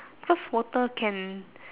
cause water can